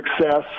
success